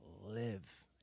live